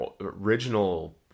original